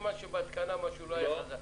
סימן שבהתקנה לא היה תקני.